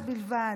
מקומיות בלבד.